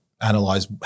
analyze